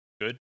good